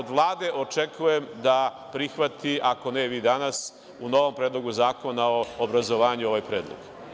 Od Vlade očekujem da prihvati, ako vi ne danas, u novom predlogu zakona o obrazovanju ovaj predlog.